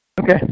Okay